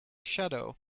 shadow